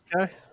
Okay